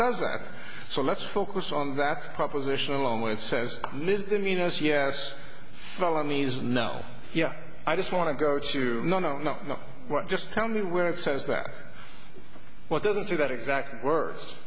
let's focus on that proposition alone when it says misdemeanors yes felonies no yeah i just want to go to no no no no just tell me where it says that what doesn't say that exact words